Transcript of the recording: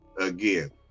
again